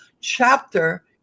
chapter